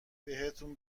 بهتون